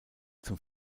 zum